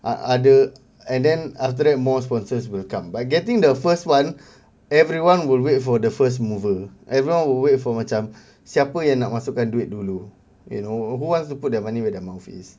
ah ada and then after that more sponsors will come by getting the first one everyone will wait for the first mover everyone will wait for macam siapa yang nak masukkan duit dulu you know who wants to put their money where their mouth is